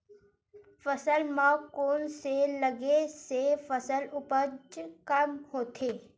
फसल म कोन से लगे से फसल उपज कम होथे?